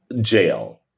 Jail